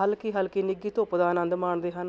ਹਲਕੀ ਹਲਕੀ ਨਿੱਘੀ ਧੁੱਪ ਦਾ ਆਨੰਦ ਮਾਣਦੇ ਹਨ